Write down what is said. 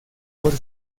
por